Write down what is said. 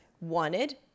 wanted